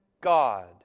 God